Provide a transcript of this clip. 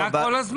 היה.